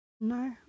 No